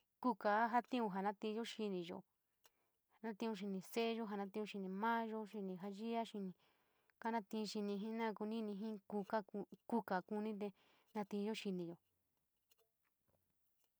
Kuka jatiun ja na tio xini, jia tiini xinpa seeyou, jatiou xini, nouu yo, xini joo yii, xini, kanati ta xinpi jenoou koo nii sou jii kuka, kuka kunite natiyo xiniyo.